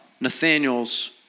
Nathaniel's